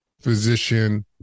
physician